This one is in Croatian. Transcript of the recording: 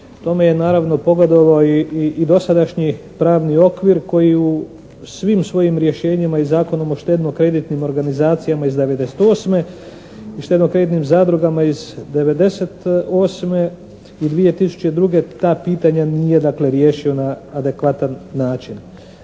Tome je naravno pogodovao i dosadašnji pravni okvir koji u svim svojim rješenjima i Zakonom o štedno-kreditnim organizacijama iz '98. i štedno-kreditnim zadrugama iz '98. i 2002. ta pitanja nije dakle riješio na adekvatan način.